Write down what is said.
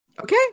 Okay